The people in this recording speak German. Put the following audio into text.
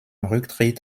rücktritt